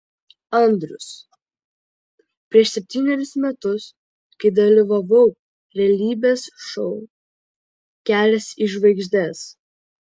andrius prieš septynerius metus kai dalyvavau realybės šou kelias į žvaigždes